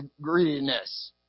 greediness